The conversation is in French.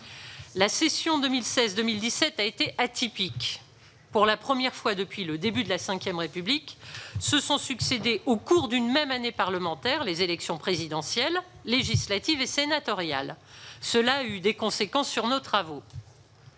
La session 2016-2017 a été atypique. Pour la première fois depuis le début de la V République, se sont succédé au cours d'une même année parlementaire les élections présidentielle, législatives et sénatoriales. Cela a eu des conséquences sur nos travaux.